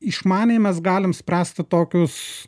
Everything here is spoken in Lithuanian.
išmaniai mes galim spręsti tokius